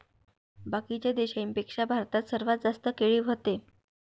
बाकीच्या देशाइंपेक्षा भारतात सर्वात जास्त केळी व्हते